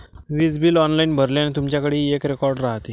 वीज bill online भरल्याने, तुमच्याकडेही एक रेकॉर्ड राहते